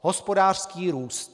Hospodářský růst.